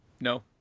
no